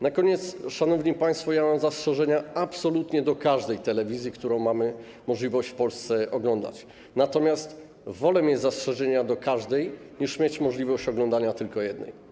Na koniec - szanowni państwo, mam zastrzeżenia absolutnie do każdej telewizji, którą mamy możliwość w Polsce oglądać, natomiast wolę mieć zastrzeżenia do każdej, niż mieć możliwość oglądania tylko jednej.